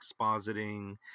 expositing